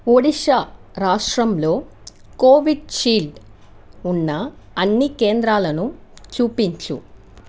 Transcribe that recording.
ఒడిషా రాష్ట్రంలో Covishield ఉన్న అన్ని కేంద్రాలను చూపించు